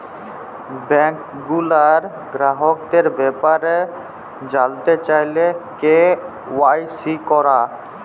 bank গুলার গ্রাহকদের ব্যাপারে জালতে চাইলে কে.ওয়াই.সি ক্যরা